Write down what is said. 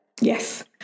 yes